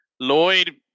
Lloyd